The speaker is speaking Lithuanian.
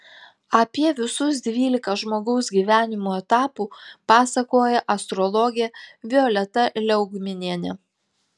apie visus dvylika žmogaus gyvenimo etapų pasakoja astrologė violeta liaugminienė